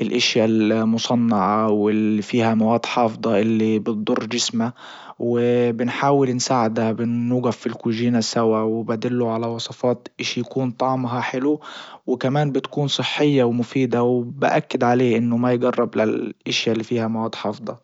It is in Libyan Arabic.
الاشيا المصنعة واللي فيها مواد حافضة اللي بتضر جسمه وبنحاول نساعده بنوقف في الكوجينا سوا وبدله على وصفات اشي يكون طعمها حلو. وكمان بتكون صحية ومفيدة وبأكد عليه انه ما يجرب للاشيا اللي فيها مواد حافضة